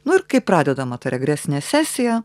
nu ir kai pradedama ta regresinė sesija